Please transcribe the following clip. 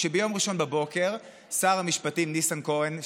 כשביום ראשון בבוקר שר המשפטים ניסנקורן,